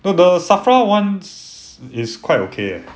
no the safra ones is quite okay eh